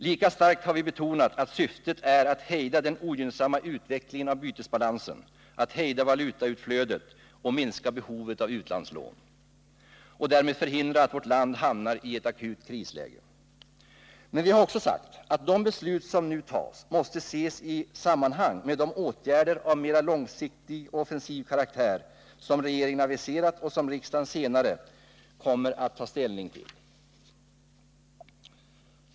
Lika starkt har vi betonat att syftet är att hejda den ogynnsamma utvecklingen av bytesbalansen, att hejda valutautflödet, minska behovet av utlandslån och att därmed förhindra att vårt land hamnar i ett akut krisläge. Men vi har också sagt att de beslut som nu fattas måste ses i sammanhang med de åtgärder av mer långsiktig och offensiv karaktär som regeringen aviserat och som riksdagen senare kommer att ta ställning till.